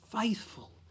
faithful